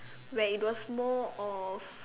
where it was more of